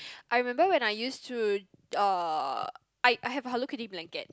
I remember when I use to uh I I have a Hello Kitty blanket